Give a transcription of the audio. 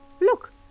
Look